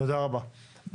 תודה רבה.